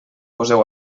poseu